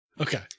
Okay